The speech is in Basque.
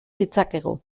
ditzakegu